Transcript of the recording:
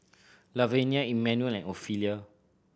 Lavenia Emanuel and Ofelia